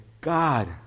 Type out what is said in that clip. God